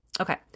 Okay